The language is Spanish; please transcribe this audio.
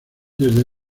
desde